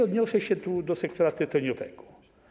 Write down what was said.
Odniosę się tu do sektora tytoniowego.